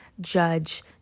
judge